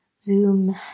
zoom